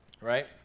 right